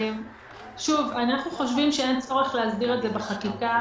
אנחנו חושבים שאין צורך להסדיר את זה בחקיקה.